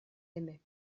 aimaient